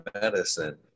medicine